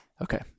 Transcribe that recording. Okay